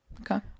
Okay